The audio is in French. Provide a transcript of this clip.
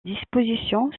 dispositions